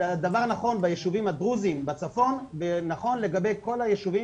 הדבר נכון ביישובים הדרוזים בצפון ונכון לגבי כל היישובים